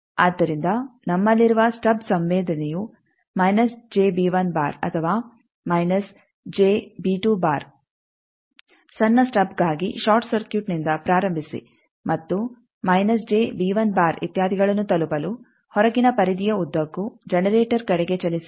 ಆದ್ದರಿಂದ ನಮ್ಮಲ್ಲಿರುವ ಸ್ಟಬ್ ಸಂವೇದನೆಯು ಅಥವಾ ಮೈನಸ್ ಸಣ್ಣ ಸ್ಟಬ್ಗಾಗಿ ಷಾರ್ಟ್ ಸರ್ಕ್ಯೂಟ್ನಿಂದ ಪ್ರಾರಂಭಿಸಿ ಮತ್ತು ಇತ್ಯಾದಿಗಳನ್ನು ತಲುಪಲು ಹೊರಗಿನ ಪರಿಧಿಯ ಉದ್ದಕ್ಕೂ ಜನರೇಟರ್ ಕಡೆಗೆ ಚಲಿಸಿರಿ